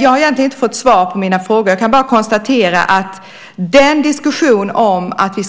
Jag har egentligen inte fått svar på mina frågor. Frågorna om att vi